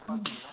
ꯎꯝ